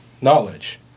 knowledge